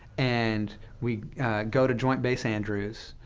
and we go to joint base andrews.